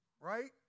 right